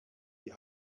die